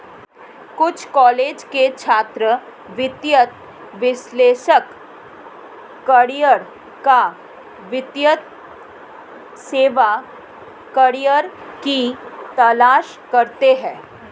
कुछ कॉलेज के छात्र वित्तीय विश्लेषक करियर या वित्तीय सेवा करियर की तलाश करते है